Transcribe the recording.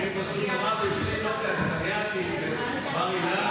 אני פשוט אמרתי את זה, נתנייתית, בנשמה